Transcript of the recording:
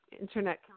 internet